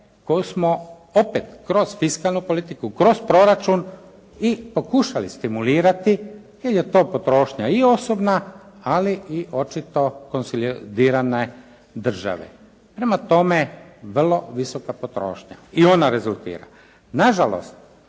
koju smo opet kroz fiskalnu politiku, kroz proračun i pokušali stimulirati, jer je to potrošnja i osobna, ali i očito konsilidirane države. Prema tome, vrlo visoka potrošnja i ona rezultira. Na žalost,